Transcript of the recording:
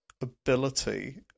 ability